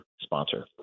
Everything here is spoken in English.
sponsor